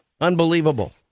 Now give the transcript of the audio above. Unbelievable